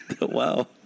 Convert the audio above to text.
Wow